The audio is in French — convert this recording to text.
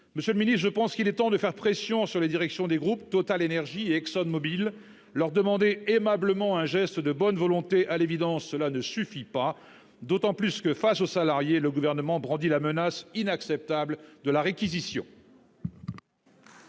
Monsieur le ministre, je pense qu'il est temps de faire pression sur les directions des groupes TotalEnergies et ExxonMobil. À l'évidence, leur demander aimablement « un geste de bonne volonté » ne suffit pas. Cela est d'autant plus nécessaire que, face aux salariés, le Gouvernement brandit la menace inacceptable de la réquisition.